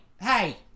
hey